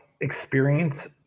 experience